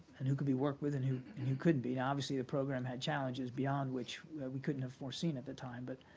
and who could be worked with and who and who couldn't be. and obviously, the program had challenges beyond which we couldn't have foreseen at the time, but